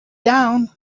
down